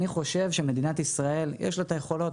אני חושב שלמדינת ישראל יש את היכולות.